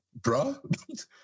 bruh